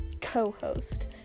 co-host